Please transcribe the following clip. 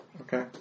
Okay